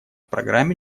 программе